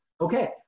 okay